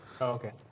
Okay